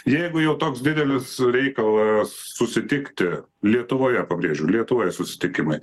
jeigu jau toks didelis reikalas susitikti lietuvoje pabrėžiu lietuvoje susitikimai